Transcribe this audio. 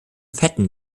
fetten